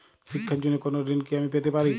শিক্ষার জন্য কোনো ঋণ কি আমি পেতে পারি?